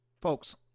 Folks